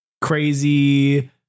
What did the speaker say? crazy